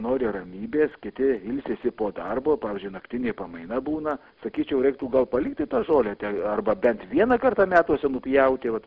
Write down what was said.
nori ramybės kiti ilsisi po darbo pavyzdžiui naktinė pamaina būna sakyčiau reiktų gal palikti tą žolę te arba bent vieną kartą metuose nupjauti vat